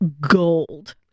gold